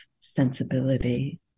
sensibility